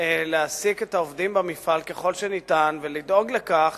להעסיק את העובדים במפעל ככל שניתן ולדאוג לכך